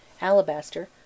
alabaster